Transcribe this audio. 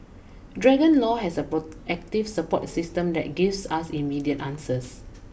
Dragon law has a proactive support system that gives us immediate answers